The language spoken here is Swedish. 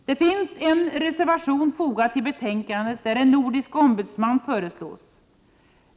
Det finns en reservation fogad till betänkandet, där en nordisk ombudsman föreslås.